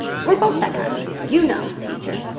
we're both that kind. you know, teacher,